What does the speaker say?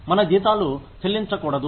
మన జీతాలు చెల్లించకూడదు